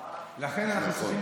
לכן אנחנו צריכים,